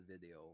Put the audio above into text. video